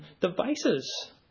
devices